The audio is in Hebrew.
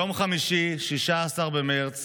ביום חמישי 16 במרץ